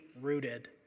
rooted